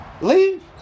leave